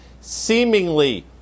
seemingly